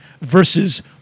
versus